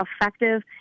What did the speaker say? effective